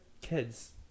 kids